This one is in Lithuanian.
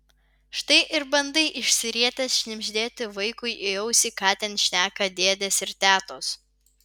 štai ir bandai išsirietęs šnibždėti vaikui į ausį ką ten šneka dėdės ir tetos